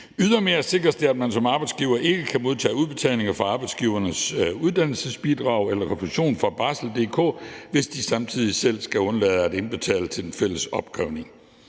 Ydermere sikres det, at man som arbejdsgiver ikke kan modtage udbetalinger fra Arbejdsgivernes Uddannelsesbidrag eller refusion fra Barsel.dk, hvis de samtidig selv skal undlade at indbetale til den fælles opkrævning.